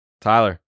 Tyler